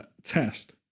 test